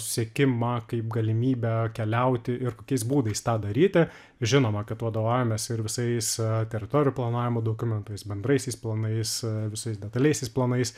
siekimą kaip galimybę keliauti ir kokiais būdais tą daryti žinoma kad vadovaujamės visais teritorijų planavimo dokumentais bendraisiais planais visais detaliaisiais planais